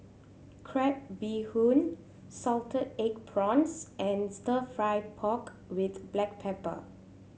crab bee hoon salted egg prawns and Stir Fry pork with black pepper